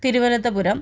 Thiruvananthapuram